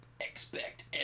Expect